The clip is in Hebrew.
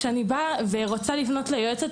כשרציתי לפנות ליועצים,